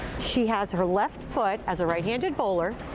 she has her left foot, as a right-handed bowler,